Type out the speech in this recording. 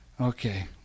Okay